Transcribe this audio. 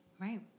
right